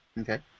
Okay